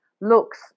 looks